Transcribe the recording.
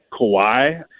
Kawhi